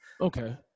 Okay